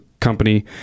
company